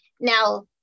Now